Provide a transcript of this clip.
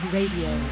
Radio